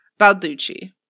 Balducci